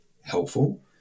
helpful